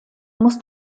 muss